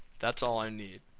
that's all i need.